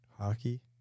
Hockey